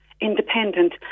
independent